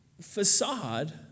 facade